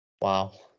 wow